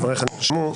דבריך נרשמו.